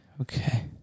Okay